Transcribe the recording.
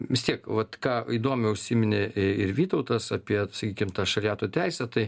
vis tiek vat ką įdomiai užsiminė ir vytautas apie sakykim tą šariato teisę tai